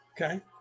Okay